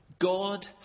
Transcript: God